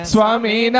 Swami